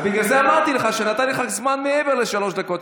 אז בגלל זה אמרתי לך שנתתי לך זמן מעבר לשלוש דקות,